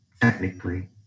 technically